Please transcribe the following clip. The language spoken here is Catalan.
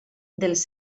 dels